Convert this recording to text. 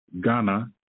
Ghana